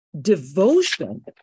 devotion